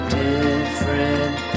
different